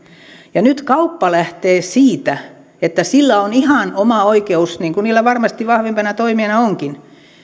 ja nyt kauppa lähtee siitä että sillä on ihan oma oikeus niin kuin sillä varmasti vahvimpana toimijana onkin